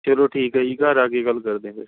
ਚਲੋ ਠੀਕ ਹੈ ਜੀ ਘਰ ਆ ਕੇ ਗੱਲ ਕਰਦੇ ਫਿਰ